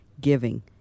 giving